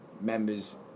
members